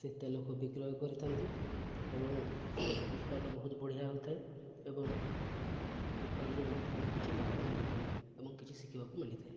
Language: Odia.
ସେଇ ତେଲକୁ ବିକ୍ରୟ କରିଥାନ୍ତି ଏବଂ ଉତ୍ପାଦ ବହୁତ ବଢ଼ିଆ ହୋଇଥାଏ ଏବଂ ଉତ୍ପାଦରୁ ବହୁତ ଗୁଡ଼ିଏ କିଛି ଲାଭ ମିଳିଥାଏ ଏବଂ କିଛି ଶିଖିବାକୁ ମିଳିଥାଏ